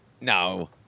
No